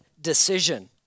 decision